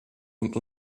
und